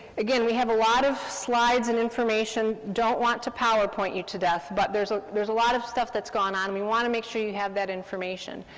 again, we have a lot of slides and information, don't want to powerpoint you to death, but there's there's a lot of stuff that's gone on, and we want to make sure you have that information.